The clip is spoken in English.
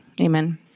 Amen